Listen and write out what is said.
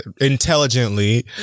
intelligently